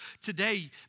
today